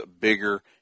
bigger